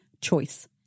choice